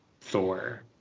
Thor